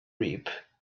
reap